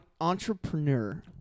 Entrepreneur